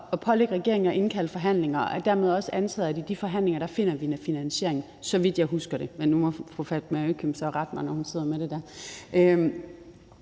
at pålægge regeringen at indkalde til forhandlinger, og dermed er det også antaget, at i de forhandlinger finder vi finansieringen. Det er sådan, så vidt jeg husker det, men fru Fatma Øktem må så rette mig, når hun sidder med det der.